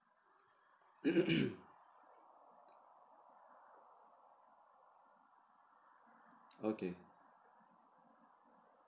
okay